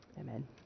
Amen